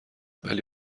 ولی